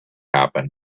happen